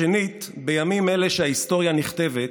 שנית, בימים אלה שבהם ההיסטוריה נכתבת,